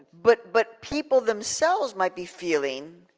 but but people themselves might be feeling,